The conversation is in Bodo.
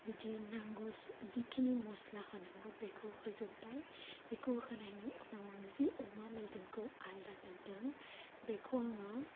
बेदि नांगौ सि जिखिनि मस्ला होनांगौ बेखौ होजोब्बाय बेखौ होनायनि उनाव आङो जि अमा मेजेमखौ आलादा दोन्दों बेखौ आङो